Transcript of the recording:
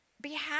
behalf